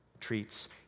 treats